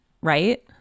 right